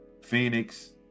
Phoenix